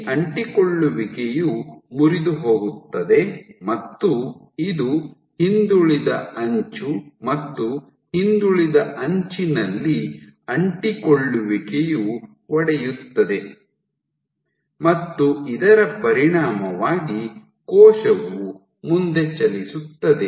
ಈ ಅಂಟಿಕೊಳ್ಳುವಿಕೆಯು ಮುರಿದುಹೋಗುತ್ತದೆ ಮತ್ತು ಇದು ಹಿಂದುಳಿದ ಅಂಚು ಮತ್ತು ಹಿಂದುಳಿದ ಅಂಚಿನಲ್ಲಿ ಅಂಟಿಕೊಳ್ಳುವಿಕೆಯು ಒಡೆಯುತ್ತದೆ ಮತ್ತು ಇದರ ಪರಿಣಾಮವಾಗಿ ಕೋಶವು ಮುಂದೆ ಚಲಿಸುತ್ತದೆ